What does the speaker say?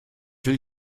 will